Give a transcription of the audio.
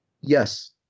Yes